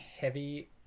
heavy